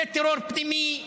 זה טרור פנימי,